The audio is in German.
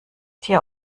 tier